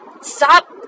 Stop